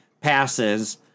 passes